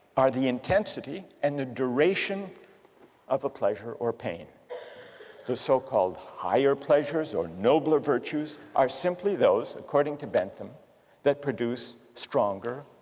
are the intensity and the duration of a pleasure or pain the so-called higher pleasures or nobler virtues are simply those, according to bentham that produce stronger,